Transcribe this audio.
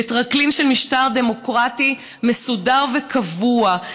לטרקלין של משטר דמוקרטי מסודר וקבוע,